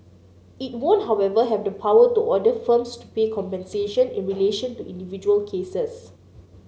it won't however have the power to order firms to pay compensation in relation to individual cases